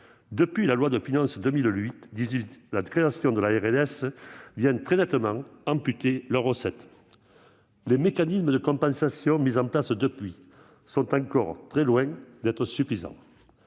Depuis la loi de finances pour 2018, la création de la RLS vient très nettement amputer leurs recettes, et les mécanismes de compensation mis en place depuis lors sont loin d'être suffisants,